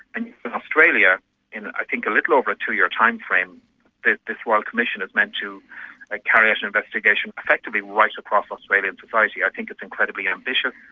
and in australia in i think a little over a two-year timeframe this royal commission is meant to carry out an investigation effectively right across australian society. i think it's incredibly ambitious.